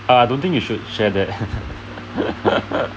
ah I don't think you should share that